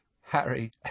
Harry